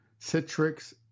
Citrix